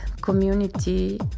community